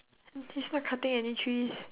h~ he's not cutting any trees